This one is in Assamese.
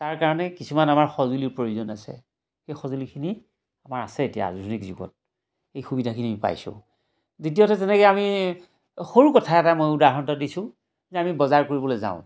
তাৰ কাৰণে কিছুমান আমাৰ সঁজুলিৰ প্ৰয়োজন আছে সেই সঁজুলিখিনি আমাৰ আছে এতিয়া আধুনিক যুগত সেই সুবিধাখিনি পাইছোঁ দ্বিতীয়তে যেনেকৈ আমি সৰু কথা এটাই মই উদাহৰণ এটা দিছোঁ যে আমি বজাৰ কৰিবলৈ যাওঁ